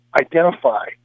identify